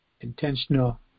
intentional